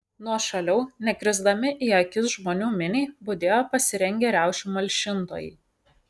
nuošaliau nekrisdami į akis žmonių miniai budėjo pasirengę riaušių malšintojai